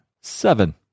seven